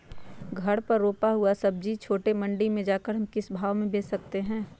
घर पर रूपा हुआ सब्जी छोटे मंडी में जाकर हम किस भाव में भेज सकते हैं?